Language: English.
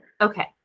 Okay